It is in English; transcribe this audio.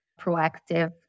proactive